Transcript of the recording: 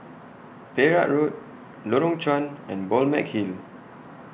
Perak Road Lorong Chuan and Balmeg Hill